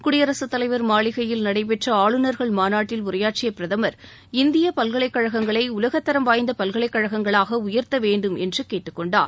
குடியரகத் தலைவர் மாளிகையில் நடைபெற்ற ஆளுநர்கள் மாநாட்டில் உரையாற்றிய பிரதமர் இந்திய பல்கலைக்கழகங்களை உலகத்தரம் வாய்ந்த பல்கலைக்கழகங்களாக உயர்த்த வேண்டும் என்று கேட்டுக் கொண்டார்